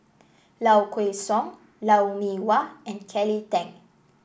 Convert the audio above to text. Low Kway Song Lou Mee Wah and Kelly Tang